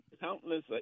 countless